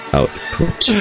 Output